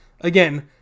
again